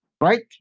right